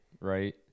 right